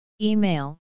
Email